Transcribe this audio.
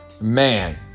Man